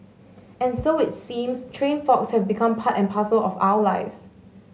and so it seems train faults have become part and parcel of our lives